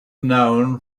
known